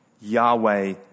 Yahweh